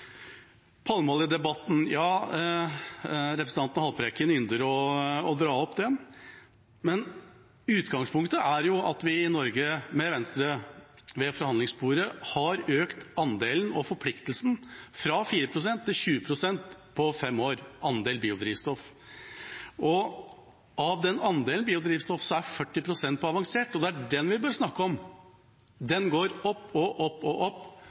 palmeoljedebatten: Ja, representanten Haltbrekken ynder å dra opp den. Men utgangspunktet er jo at vi i Norge, med Venstre ved forhandlingsbordet, har økt andelen og forpliktelsen når det gjelder andel biodrivstoff, fra 4 pst. til 20 pst. på fem år. Av den andelen biodrivstoff gjelder 40 pst. avansert, og det er den vi bør snakke om. Den går opp og opp og opp,